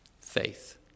Faith